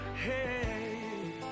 Hey